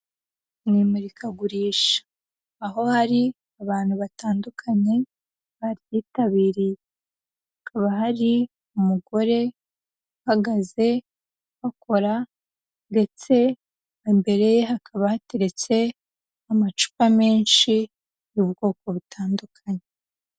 Mu imurikagurisha, aho hari abantu batandukanye baryitabiriye, hakaba hari umugore uhagaze uhakora, ndetse imbere ye hakaba hateretse amacupa menshi y'ubwoko butandukanye.